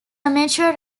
amateur